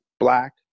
black